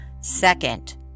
Second